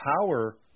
power